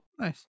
Nice